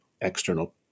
external